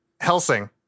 Helsing